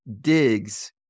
digs